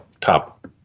top